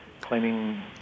claiming